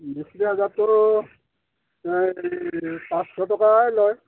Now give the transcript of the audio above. জাতটো পাঁচশ টকায়ে লয়